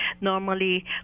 normally